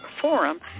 forum